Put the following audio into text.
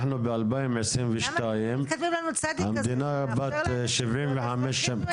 אנחנו ב-2022 המדינה בת 75 שנים,